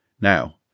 Now